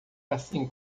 assim